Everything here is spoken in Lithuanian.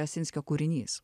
jasinskio kūrinys